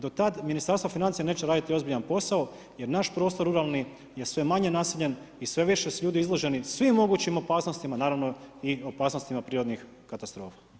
Do tad Ministarstvo financija neće raditi ozbiljan posao jer naš prostor ruralni je sve manje naseljen i sve više su ljudi izloženi svim mogućim opasnostima, naravno i opasnostima prirodnih katastrofa.